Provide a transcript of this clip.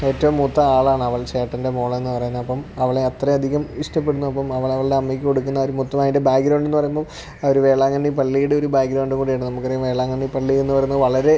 ഏറ്റവും മൂത്ത ആളാണവൾ ചേട്ടന്റെ മോളെന്ന് പറയുന്നത് അപ്പം അവളെ അത്ര അധികം ഇഷ്ടപ്പെടുന്നത് അപ്പം അവൾ അവളുടെ അമ്മയ്ക്ക് കൊടുക്കുന്ന ഒര് മുത്തം അതിന്റെ ബാക്ക്ഗ്രൗണ്ട് പറയുമ്പം ആ ഒരു വേളാങ്കണ്ണി പള്ളിയുടെ ബാക്ക്ഗ്രൗണ്ട് കൂടെയുണ്ട് നമുക്കറിയാം വേളാങ്കണ്ണി പള്ളി എന്ന് പറയുന്നത് വളരെ